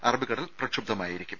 അറബിക്കടൽ പ്രക്ഷുബ്ധമായിരിക്കും